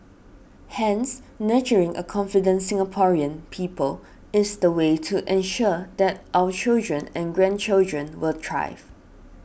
hence nurturing a confident Singaporean people is the way to ensure that our children and grandchildren will thrive